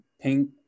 Pink